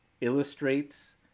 illustrates